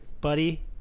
buddy